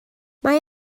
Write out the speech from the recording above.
mae